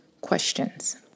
questions